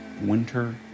Winter